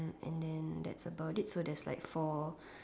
and then that's about it so there's like four